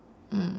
mm